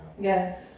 Yes